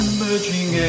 Emerging